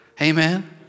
Amen